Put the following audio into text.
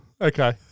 Okay